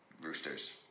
roosters